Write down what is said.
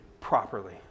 properly